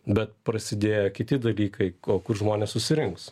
bet prasidėjo kiti dalykai kur žmonės susirinks